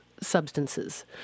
substances